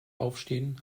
aufstehen